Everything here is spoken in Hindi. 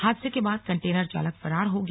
हादसे के बाद कन्टेनर चालक फरार हो गया